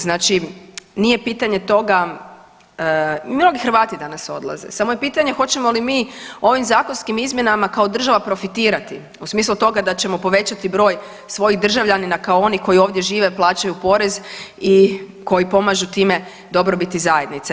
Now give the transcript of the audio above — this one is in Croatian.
Znači, nije pitanje toga i mnogi Hrvati danas odlaze samo je pitanje hoćemo li ovim zakonskim izmjenama kao država profitirati u smislu toga da ćemo povećati broj svojih državljanina kao onih koji ovdje žive, plaćaju porez i koji pomažu time dobrobiti zajednice.